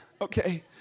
Okay